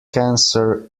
cancer